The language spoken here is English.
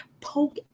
poke